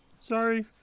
Sorry